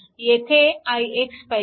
येथे ix पाहिजे